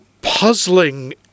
puzzling